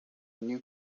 new